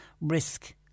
risk